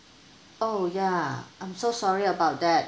oh ya I'm so sorry about that